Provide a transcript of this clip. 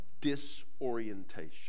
disorientation